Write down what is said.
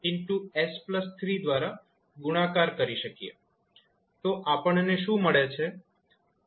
તો આપણને શું મળે છે